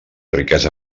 riquesa